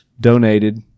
donated